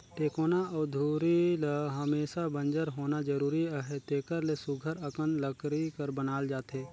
टेकोना अउ धूरी ल हमेसा बंजर होना जरूरी अहे तेकर ले सुग्घर अकन लकरी कर बनाल जाथे